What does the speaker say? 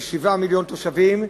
עם 7 מיליוני תושבים,